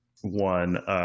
one –